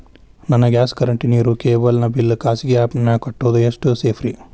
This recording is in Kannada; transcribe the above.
ನನ್ನ ಗ್ಯಾಸ್ ಕರೆಂಟ್, ನೇರು, ಕೇಬಲ್ ನ ಬಿಲ್ ಖಾಸಗಿ ಆ್ಯಪ್ ನ್ಯಾಗ್ ಕಟ್ಟೋದು ಎಷ್ಟು ಸೇಫ್ರಿ?